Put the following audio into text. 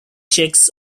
checks